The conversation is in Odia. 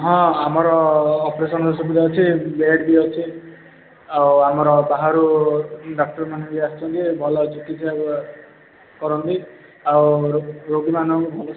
ହଁ ଆମର ଅପରେସନର ସୁବିଧା ଅଛି ବେଡ଼ ବି ଅଛି ଆଉ ଆମର ବାହାରୁ ଡାକ୍ତରମାନେ ବି ଆସୁଛନ୍ତି ଭଲ ଚିକିତ୍ସା ବି କରନ୍ତି ଆଉ ଯେଉଁ ଦିନ ଭଲ ସେ